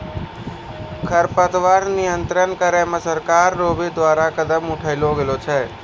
खरपतवार नियंत्रण करे मे सरकार रो भी द्वारा कदम उठैलो गेलो छै